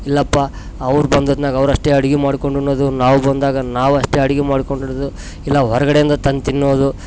ಇಲ್ಲಪ್ಪಾ ಅವರು ಬಂದದ್ನಾಗ ಅವರಷ್ಟೆ ಅಡಿಗೆ ಮಾಡ್ಕೊಂಡು ಉಣ್ಣೋದು ನಾವು ಬಂದಾಗ ನಾವಷ್ಟೆ ಅಡಿಗೆ ಮಾಡ್ಕೊಂಡು ಇಡುದು ಇಲ್ಲಾ ಹೊರಗಡೆಯಿಂದ ತಂದು ತಿನ್ನೋದು